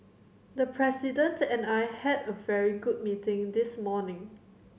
the President and I had a very good meeting this morning